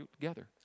together